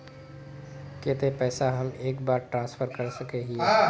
केते पैसा हम एक बार ट्रांसफर कर सके हीये?